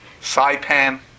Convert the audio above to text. Saipan